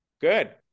Good